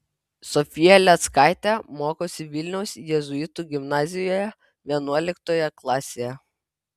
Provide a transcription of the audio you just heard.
sofija lėckaitė mokosi vilniaus jėzuitų gimnazijoje vienuoliktoje klasėje